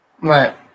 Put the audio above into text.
Right